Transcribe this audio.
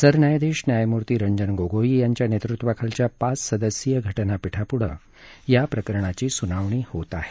सरन्यायाधीश न्यायमूर्ती रंजन गोगोई यांच्या नेतृत्वाखालच्या पाच सदस्यीय घटनापीठापुढं या प्रकरणाची सुनावणी होत आहे